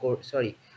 sorry